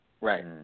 Right